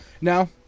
Now